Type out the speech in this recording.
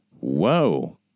Whoa